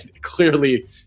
clearly